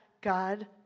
God